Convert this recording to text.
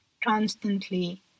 constantly